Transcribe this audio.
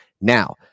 Now